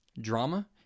Drama